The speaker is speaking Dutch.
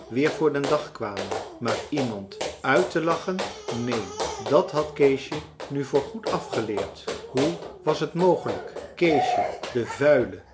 weer voor den dag kwamen maar iemand uit te lachen neen dat had keesje nu voorgoed afgeleerd hoe was het mogelijk keesje de vuile